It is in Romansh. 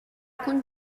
cun